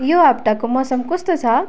यो हप्ताको मौसम कस्तो छ